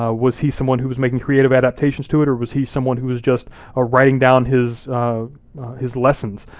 ah was he someone who was making creative adaptations to it, or was he someone who was just ah writing down his his lessons?